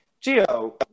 Geo